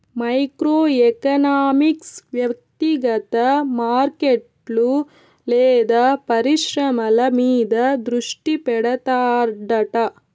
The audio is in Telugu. మైక్రో ఎకనామిక్స్ వ్యక్తిగత మార్కెట్లు లేదా పరిశ్రమల మీద దృష్టి పెడతాడట